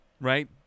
right